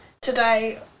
today